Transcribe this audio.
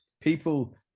people